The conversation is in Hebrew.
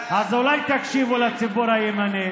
אז אולי תקשיבו לציבור הימני,